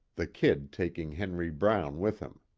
the kid taking henry brown with him.